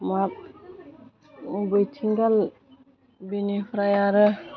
महाब औ बैथिं दाल बेनिफ्राय आरो